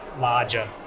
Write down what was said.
larger